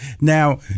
Now